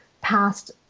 past